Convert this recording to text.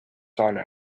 sauna